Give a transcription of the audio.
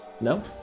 No